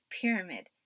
pyramid